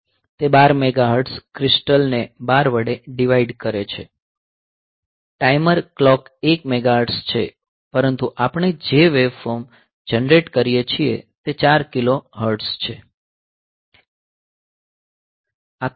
તે 12 megahertz crystal ને 12 વડે ડીવાઈડ કરે છે ટાઈમર કલોક 1 મેગાહર્ટ્ઝ છે પરંતુ આપણે જે વેવફોર્મ જનરેટ કરીએ છીએ તે 4 કિલોહર્ટ્ઝ છે